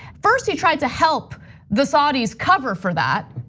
first, he tried to help the saudis cover for that,